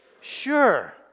sure